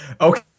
Okay